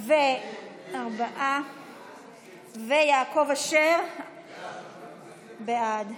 חבר הכנסת יעקב אשר, בעד.